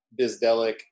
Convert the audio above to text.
Bizdelic